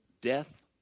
death